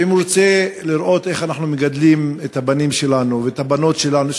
שאם הוא רוצה לראות איך אנחנו מגדלים את הבנים שלנו ואת הבנות שלנו,